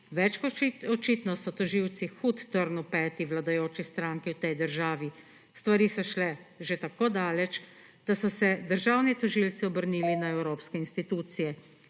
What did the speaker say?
Več kot očitno so tožilci hud trn v peti vladajoči stranki v tej državi. Stvari so šle že tako daleč, da so se državni tožilci obrnili na evropske institucije,